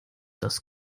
das